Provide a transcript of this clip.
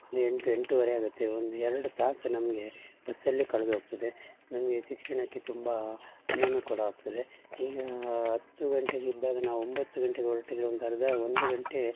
ಒಂದು ಎಂಟು ಎಂಟೂವರೆ ಆಗುತ್ತೆ ಒಂದು ಎರಡು ತಾಸು ನಮಗೆ ಬಸ್ಸಲ್ಲೇ ಕಳೆದೋಗ್ತದೆ ನಮಗೆ ಶಿಕ್ಷಣಕ್ಕೆ ತುಂಬ ಅನನುಕೂಲವಾಗ್ತದೆ ಈಗ ಹತ್ತು ಗಂಟೆಗೆ ಇದ್ದಾಗ ನಾವು ಒಂಬತ್ತು ಗಂಟೆಗೆ ಹೊರ್ಟಿದ್ರೆ ಒಂದು ಅರ್ಧ ಒಂದು ಗಂಟೆ